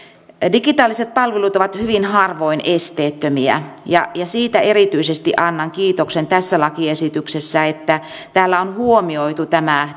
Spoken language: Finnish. digitaaliset palvelut ovat hyvin harvoin esteettömiä ja ja siitä erityisesti annan kiitoksen tässä lakiesityksessä että täällä on huomioitu tämä